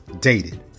dated